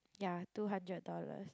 ya two hundred dollars